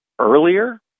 Earlier